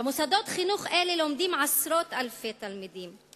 במוסדות חינוך אלה לומדים עשרות אלפי תלמידים.